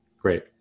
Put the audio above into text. Great